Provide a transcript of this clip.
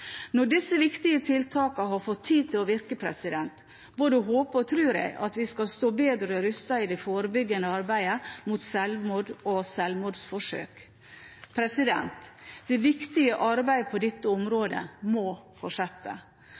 Når disse viktige tiltakene har fått tid til å virke, både håper og tror jeg at vi skal stå bedre rustet i det forebyggende arbeidet mot sjølmord og sjølmordsforsøk. Det viktige arbeidet på dette området må fortsette.